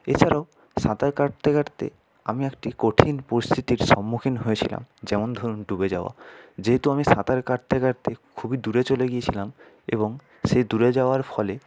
এছাড়াও সাঁতার কাটতে কাটতে আমি একটি কঠিন পরিস্থিতির সম্মুখীন হয়েছিলাম যেমন ধরুন ডুবে যাওয়া যেহেতু আমি সাঁতার কাটতে কাটতে খুবই দূরে চলে গিয়েছিলাম এবং সেই দূরে যাওয়ার ফলে